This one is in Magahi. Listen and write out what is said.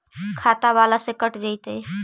खाता बाला से कट जयतैय?